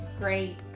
Great